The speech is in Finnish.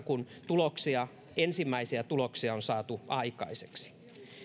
kun ensimmäisiä tuloksia on saatu aikaiseksi